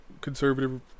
conservative